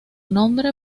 nombre